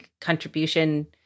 contribution